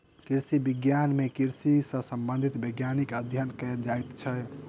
कृषि विज्ञान मे कृषि सॅ संबंधित वैज्ञानिक अध्ययन कयल जाइत छै